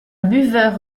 buveur